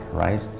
right